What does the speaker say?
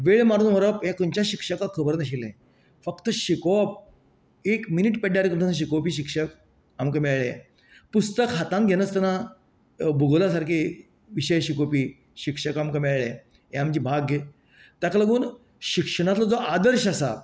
वेळ मारून व्हरप हे खंयच्याच शिक्षकांक खबर नाशिल्ले फक्त शिकोवप एक मिनीट पेड्ड्यार करनासतना शिकोवपी शिक्षक आमकां मेळ्ळेंं पुस्तक हातान घेनासतना भुगोला सारकी विशय शिकोवपी शिक्षक आमकां मेळ्ळें हे आमचे भाग्य ताका लागून शिक्षणाचो जे आदर्श आसा